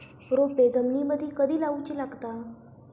रोपे जमिनीमदि कधी लाऊची लागता?